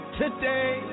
today